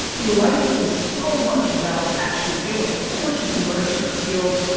life is so much about actually doing, of course you can learn certain skills,